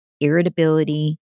irritability